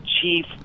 chief